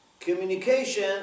communication